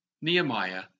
Nehemiah